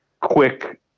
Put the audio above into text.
quick